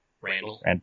Randall